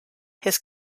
his